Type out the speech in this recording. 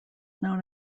known